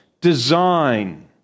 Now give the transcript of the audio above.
design